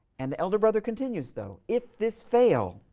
and the elder brother continues, though, if this fail